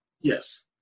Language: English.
Yes